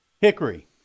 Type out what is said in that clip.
Hickory